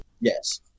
Yes